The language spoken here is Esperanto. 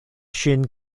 ŝin